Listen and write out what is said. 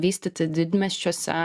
vystyti didmiesčiuose